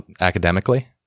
Academically